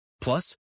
Plus